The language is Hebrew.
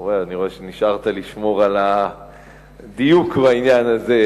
אני רואה שנשארת לשמור על הדיוק בעניין הזה,